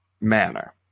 manner